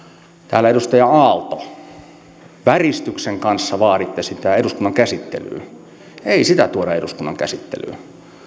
täällä edustaja aalto väristyksen kanssa vaaditte sitä eduskunnan käsittelyyn ei sitä tuoda eduskunnan käsittelyyn